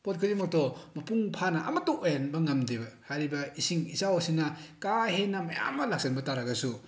ꯄꯣꯠ ꯈꯨꯗꯤꯡꯃꯛꯇꯣ ꯃꯄꯨꯡ ꯐꯥꯅ ꯑꯃꯠꯇ ꯑꯣꯏꯍꯟꯕ ꯉꯝꯗꯦꯕ ꯍꯥꯏꯔꯤꯕ ꯏꯁꯤꯡ ꯏꯆꯥꯎ ꯑꯁꯤꯅ ꯀꯥ ꯍꯦꯟꯅ ꯃꯌꯥꯝ ꯑꯃ ꯂꯥꯛꯁꯤꯟꯕ ꯇꯥꯔꯒꯁꯨ